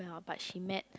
but she met